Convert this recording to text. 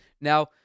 now